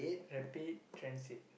rapid transit